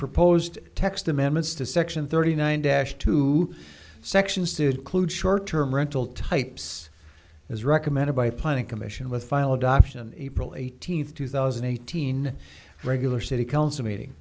proposed text amendments to section thirty nine dash two sections to include short term rental types as recommended by planning commission with file adoption april eighteenth two thousand and eighteen regular city council meeting